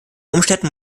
umständen